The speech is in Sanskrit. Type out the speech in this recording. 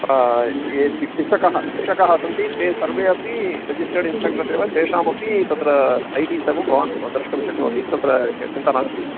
ये शिक्षकः शिक्षकः सन्ति ते सर्वे अपि रेजिस्टर्ड् इन्स्ट्रेक्टर्स् एव तेषामपि तत्र ऐ डि सर्वं भवान् द्रष्टुं शक्नोति तत्र चिन्ता नास्ति